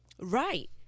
Right